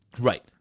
Right